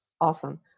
awesome